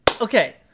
Okay